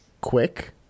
quick